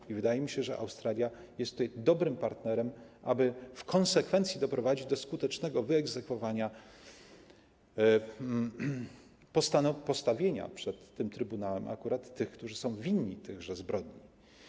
I wydaje mi się, że Australia jest tutaj dobrym partnerem, aby w konsekwencji doprowadzić do skutecznego wyegzekwowania prawa, postawienia przed tym trybunałem akurat tych, którzy są winni tychże zbrodni.